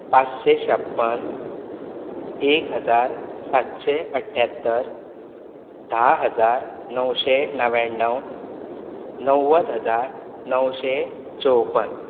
पांचशें छापन्न एक हजार सातशें अठ्यात्तर धा हजार णवशें णव्याणव णव्वद हजार णवशें चौपन्न